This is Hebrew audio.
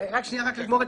רק שנייה, רק לגמור.